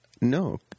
No